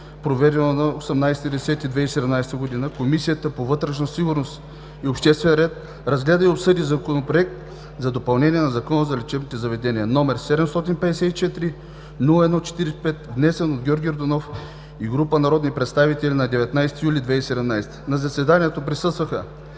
проведено на 18 октомври 2017 г., Комисията по вътрешна сигурност и обществен ред разгледа и обсъди Законопроект за допълнение на Закона за лечебните заведения № 754-01-45, внесен от Георги Йорданов и група народни представители на 19 юли 2017 г. На заседанието присъстваха